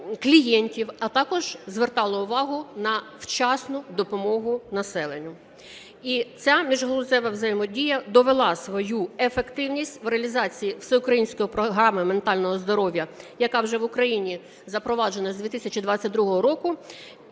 а також звертало увагу на вчасну допомогу населенню. І ця міжгалузева взаємодія довела свою ефективність в реалізації всеукраїнської програми ментального здоров'я, яка вже в Україні запроваджена з 2022 року